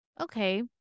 Okay